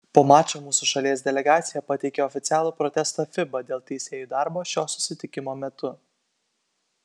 po mačo mūsų šalies delegacija pateikė oficialų protestą fiba dėl teisėjų darbo šio susitikimo metu